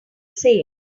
same